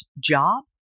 job